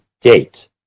date